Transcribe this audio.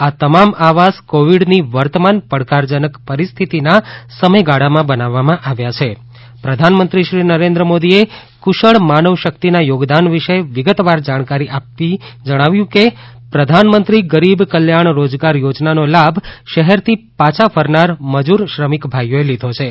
આ તમામ આવાસ કોવીડની વર્તમાન પડકારજનક પરિસ્થિતિના સમયગાળામાં બનાવવામાં આવ્યા છિં પ્રધાનમંત્રી નરેન્દ્ર મોદીએ કુશળ માનવશક્તિના યોગદાન વિશે વિગતવાર જાણકારી આપી જણાવ્યું કે પ્રધાનમંત્રી ગરીબ કલ્યાણ રોજગાર યોજનાનો લાભ શહેરથી પાછા ફરનાર મજૂર ભાઇઓએ લીધો છે